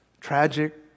tragic